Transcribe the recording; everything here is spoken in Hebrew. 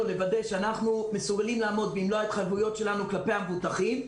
כדי לוודא שאנחנו מסוגלים לעמוד במלוא ההתחייבויות שלנו כלפי המבוטחים.